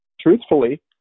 truthfully